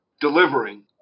delivering